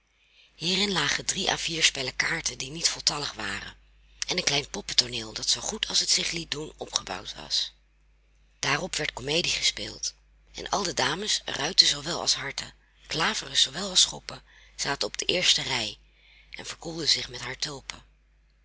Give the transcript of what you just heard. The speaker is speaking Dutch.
hier lagen drie à vier spellen kaarten die niet voltallig waren en een klein poppentooneel dat zoo goed als het zich liet doen opgebouwd was daarop werd komedie gespeeld en al de dames ruiten zoowel als harten klaveren zoowel als schoppen zaten op de eerste rij en verkoelden zich met haar tulpen